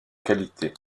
qualité